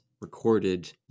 recorded